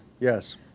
Yes